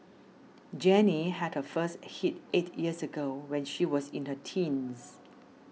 Jenny had her first hit eight years ago when she was in her teens